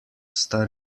sta